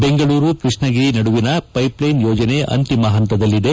ಬೆಂಗಳೂರು ಕೃಷ್ಣಗಿರಿ ನಡುವಿನ pipeline ಯೋಜನೆ ಅಂತಿಮ ಹಂತದಲ್ಲಿದೆ